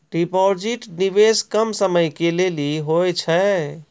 Deposit निवेश कम समय के लेली होय छै?